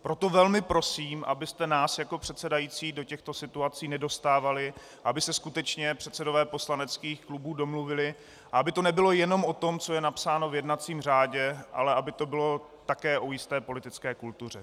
Proto velmi prosím, abyste nás jako předsedající do těchto situací nedostávali, aby se skutečně předsedové poslaneckých klubů domluvili, aby to nebylo jenom o tom, co je napsáno v jednacím řádu, ale aby to bylo také o jisté politické kultuře.